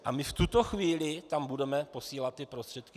A my v tuto chvíli tam budeme posílat ty prostředky.